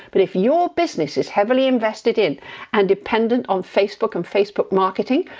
but if your business is heavily invested in and dependent on facebook and facebook marketing,